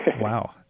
Wow